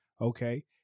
Okay